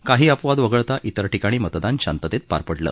काही अपवाद वगळता त्रर ठिकाणी मतदान शांततेत पार पडलं